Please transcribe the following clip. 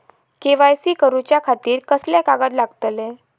KYC करूच्या खातिर कसले कागद लागतले?